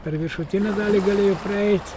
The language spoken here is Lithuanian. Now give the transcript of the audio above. per viršutinę dalį galėjo praeit